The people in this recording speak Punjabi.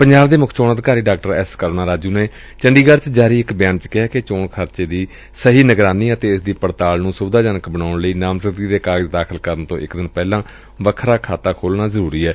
ਪੰਜਾਬ ਦੇ ਮੁੱਖ ਚੋਣ ਅਧਿਕਾਰੀ ਡਾ ਐਸ ਕਰੁਣਾ ਰਾਜੂ ਨੇ ਚੰਡੀਗੜੁ ਚ ਜਾਰੀ ਇਕ ਬਿਆਨ ਚ ਕਿਹਾ ਕਿ ਚੋਣ ਖਰਚੇ ਦੀ ਸਹੀ ਨਿਗਰਾਨੀ ਅਤੇ ਇਸ ਦੀ ਪੜਤਾਲ ਨੂੰ ਸੁਵਿਧਾਜਨਕ ਬਣਾਉਣ ਲਈ ਨਾਮਜ਼ਦਗੀ ਦੇ ਕਾਗਜ਼ ਦਾਖਲ ਕਰਨ ਤੋਂ ਇਕ ਦਿਨ ਪਹਿਲਾਂ ਵੱਖਰਾ ਖਾਤਾ ਖੋਲੁਣਾ ਜ਼ਰੂਰੀ ਏ